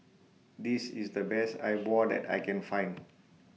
This IS The Best E Bua that I Can Find